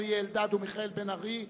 אריה אלדד ומיכאל בן-ארי,